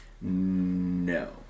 No